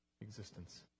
existence